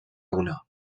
una